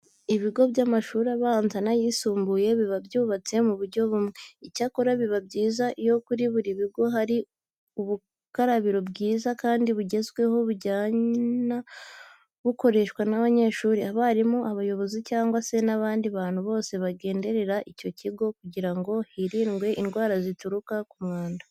Ibigo by'amashuri abanza n'ayisumbuye biba byubatse mu buryo bumwe. Icyakora biba byiza iyo kuri ibi bigo hari ubukarabiro bwiza kandi bugezweho buzajya bukoreshwa n'abanyeshuri, abarimu, abayobozi cyangwa se n'abandi bantu bose bagenderera icyo kigo kugira ngo hirindwe indwara zituruka ku mwanda.